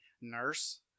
nurse